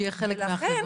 שיהיה חלק מהחברה.